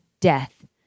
death